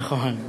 נכון.